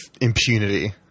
impunity